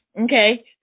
Okay